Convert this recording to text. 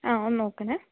ആ ഒന്ന് നോക്കണേ